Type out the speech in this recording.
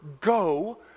Go